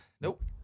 Nope